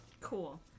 Cool